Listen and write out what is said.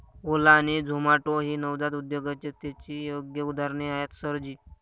ओला आणि झोमाटो ही नवजात उद्योजकतेची योग्य उदाहरणे आहेत सर जी